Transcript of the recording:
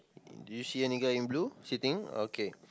do you see any guy in blue sitting okay